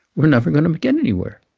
we're never going to but get anywhere.